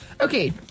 Okay